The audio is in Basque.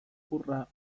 hurra